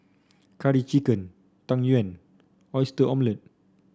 Curry Chicken Tang Yuen Oyster Omelette